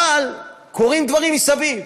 אבל קורים דברים מסביב,